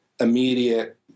immediate